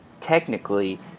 technically